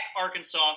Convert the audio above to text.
Arkansas